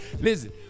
Listen